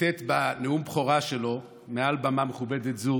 ציטט בנאום הבכורה שלו מעל בימה מכובדת זו